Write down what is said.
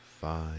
five